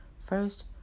first